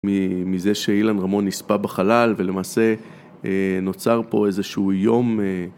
מזה שאילן רמון הספה בחלל ולמעשה נוצר פה איזשהו יום